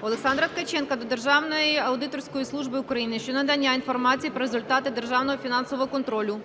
Олександра Ткаченка до Державної аудиторської служби України щодо надання інформації про результати державного фінансового контролю.